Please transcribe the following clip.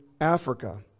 Africa